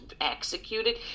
executed